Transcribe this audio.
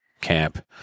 camp